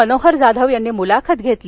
मनोहर जाधव यांनी मुलाखत घेतली